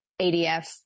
ADF